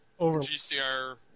GCR